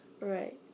Right